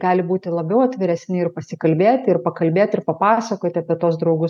gali būti labiau atviresni ir pasikalbėti ir pakalbėt ir papasakoti apie tuos draugus